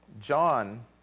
John